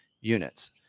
units